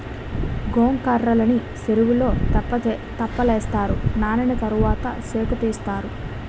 గొంకర్రలని సెరువులో తెప్పలేస్తారు నానిన తరవాత సేకుతీస్తారు